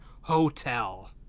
Hotel